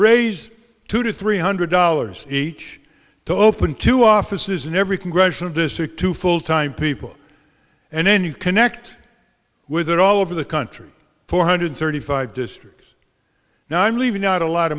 raise two to three hundred dollars each to open two offices in every congressional district two full time people and then you connect with it all over the country four hundred thirty five districts now i'm leaving out a lot